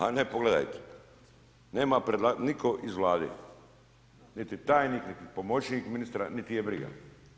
A ne, pogledajte, nema nitko iz Vlade, niti tajnik, niti pomoćnik ministra, niti ih je briga.